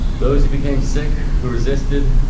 those who became sick, who resisted,